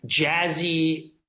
jazzy